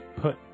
put